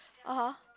(aha)